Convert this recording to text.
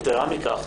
יתרה מכך,